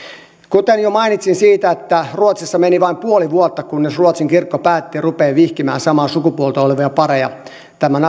kuten jo mainitsin ruotsissa meni vain puoli vuotta että ruotsin kirkko päätti ruveta vihkimään samaa sukupuolta olevia pareja tämän